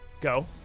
Go